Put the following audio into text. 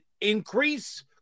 increase